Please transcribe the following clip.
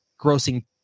grossing